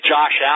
Josh